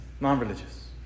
Non-religious